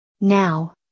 Now